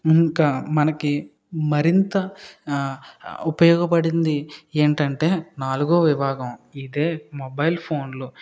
ఇంకా మనకు మరింత ఆ ఉపయోగపడింది ఏంటంటే నాలుగవ విభాగం ఇదే మొబైల్ ఫోన్లు